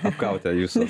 apgauti jūsų